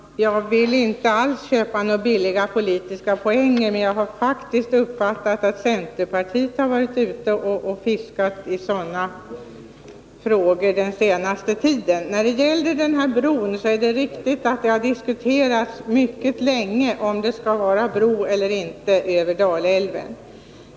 Herr talman! Jag vill inte alls skaffa några billiga politiska poäng, men jag har faktiskt uppfattningen att centern varit ute och fiskat i de här frågorna under den senaste tiden. När det gäller bron är det riktigt att det länge har diskuterats om det skall vara en bro eller inte över Dalälven.